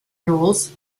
rules